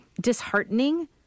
disheartening